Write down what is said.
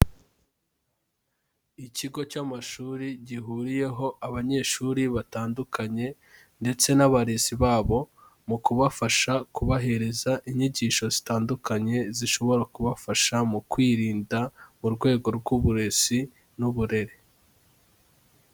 Ikigo cy'amashuri gihuriyeho abanyeshuri batandukanye ndetse n'abarezi babo mu kubafasha kubahereza inyigisho zitandukanye zishobora kubafasha mu kwirinda mu rwego rw'uburezi n'uburere.